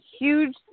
huge